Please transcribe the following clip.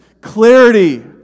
clarity